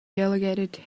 delegated